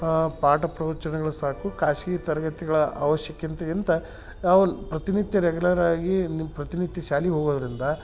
ಪಾಠ ಪ್ರವಚನಗಳು ಸಾಕು ಖಾಸ್ಗಿ ತರಗತಿಗಳ ಆವಶ್ಯಕತೆಗಿಂತ ನಾವು ಪ್ರತಿನಿತ್ಯ ರೆಗ್ಯುಲರ್ ಆಗಿ ನಿಮ್ಮ ಪ್ರತಿನಿತ್ಯ ಶಾಲಿಗೆ ಹೋಗೋದರಿಂದ